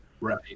Right